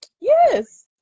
Yes